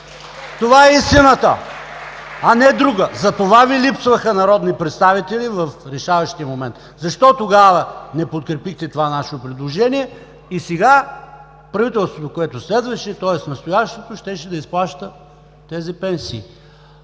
Това е истината! А не друга! Затова Ви липсваха народни представители в решаващия момент. Защо тогава не подкрепихте това наше предложение? И сега правителството, което следваше, тоест настоящото, щеше да изплаща тези пенсии.